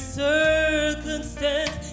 circumstance